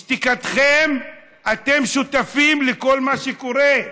בשתיקתכם אתם שותפים לכל מה שקורה,